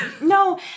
No